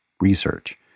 research